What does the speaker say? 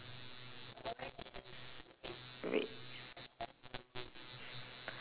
red